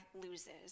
loses